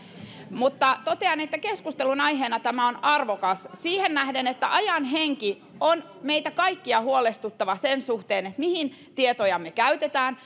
mutta totean että keskustelunaiheena tämä on arvokas siihen nähden että ajan henki on meitä kaikkia huolestuttava sen suhteen mihin tietojamme käytetään